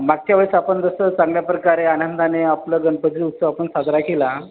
मागच्या वेळेस आपण जसं चांगल्या प्रकारे आनंदाने आपला गणपती उत्सव आपण साजरा केला